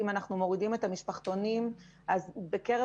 אם אנחנו מורידים את המשפחתונים אז בקרב